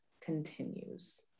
continues